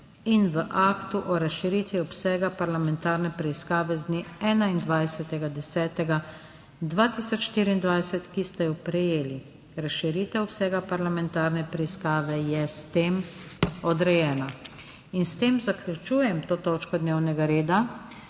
In v aktu o razširitvi obsega parlamentarne preiskave z dne 21. 10. 2024, ki ste jo prejeli. Razširitev obsega parlamentarne preiskave je s tem odrejena. S tem zaključujem to točko dnevnega reda